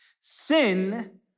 Sin